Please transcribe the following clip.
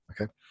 okay